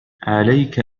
عليك